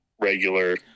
regular